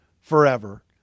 forever